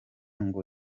ngo